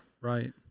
Right